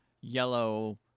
yellow